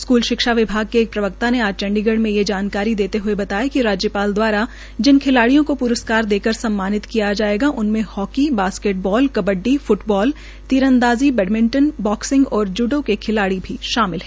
school शिक्षा विभाग के एक प्रवक्ता ने आज चंडीगढ़ में यह जानकारी देते हुए बताया कि राज्यपाल द्वारा जिन खिलाडिय़ों को प्रस्कार देकर सम्मानित किया जाएगा उनमें हॉकी बॉस्केटबॉल कबड्डी फ्टबॉल तीरंदाजी बैडमेंटन बॉक्सिंग और ज्डो खिलाड़ी शामिल है